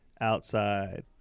outside